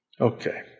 Okay